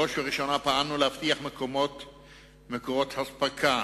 בראש ובראשונה פעלנו להבטיח מקורות אספקה,